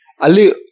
Ali